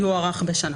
יוארך בשנה.